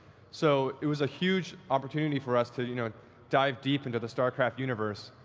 so it was a huge opportunity for us to you know dive deep into the starcraft universe.